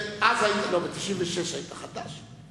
ב-1996 היית חדש.